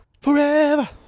Forever